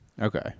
Okay